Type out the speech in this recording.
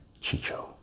Chicho